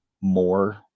more